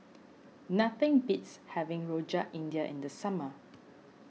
nothing beats having Rojak India in the summer